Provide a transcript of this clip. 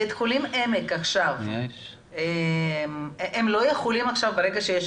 בית החולים העמק עכשיו לא יכולים,